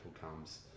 comes